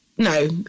No